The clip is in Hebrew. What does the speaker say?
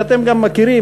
שאתם גם מכירים,